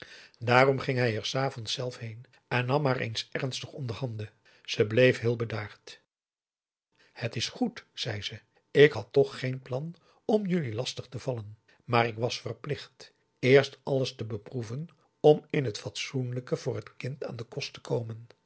daarom ging hij er s avonds zelf heen en nam haar eens ernstig onderhanden ze bleef heel bedaard het is goed zei ze ik had toch geen plan om jullie lastig te vallen maar ik was verplicht eerst alles te beproeven om in het fatsoenlijke voor het kind aan den kost te komen